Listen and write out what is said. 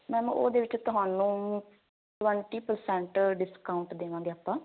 ma'am ਉਹਦੇ ਵਿੱਚ ਤੁਹਾਨੂੰ ਟਵੰਟੀ ਪਰਸੈਂਟ ਡਿਸਕਾਊਟ ਦੇਵਾਂਗੇ ਆਪਾਂ